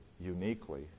uniquely